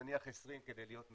נניח 20, כדי להיות נדיב.